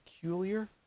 Peculiar